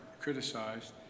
criticized